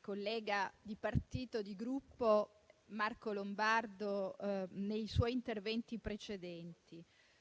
collega di partito e di Gruppo Marco Lombardo nei suoi interventi precedenti.